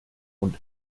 und